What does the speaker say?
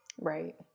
Right